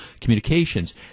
communications